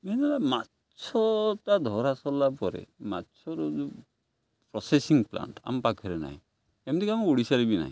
main ହେଲା ମାଛଟା ଧରା ସରିଲା ପରେ ମାଛର ଯେଉଁ ପ୍ରସେସିଂ ପ୍ଲାଣ୍ଟ ଆମ ପାଖରେ ନାହିଁ ଏମିତିକି ଆମେ ଓଡ଼ିଶାରେ ବି ନାହିଁ